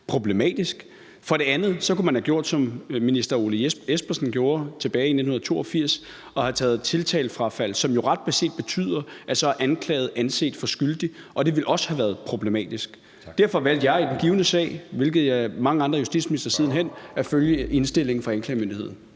For det andet kunne man have gjort, som minister Ole Espersen gjorde tilbage 1982, og have taget tiltalefrafald, hvilket jo ret beset betyder, at så er den anklagede anset for skyldig, og det ville også have været problematisk. Derfor valgte jeg i den givne sag, som mange andre justitsministre siden hen, at følge indstillingen fra anklagemyndigheden.